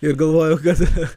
ir galvoju o kas